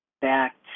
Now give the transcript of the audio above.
back